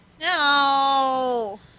No